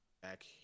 back